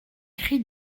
cri